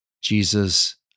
Jesus